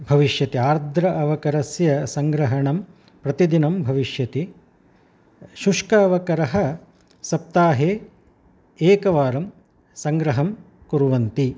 भविष्यति आर्द्र अवकरस्य सङ्ग्रहणं प्रतिदिनं भविष्यति शुष्क अवकरं सप्ताहे एकवारं सङ्ग्रहं कुर्वन्ति